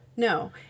No